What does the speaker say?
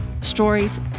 stories